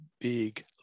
big